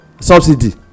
subsidy